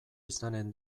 izanen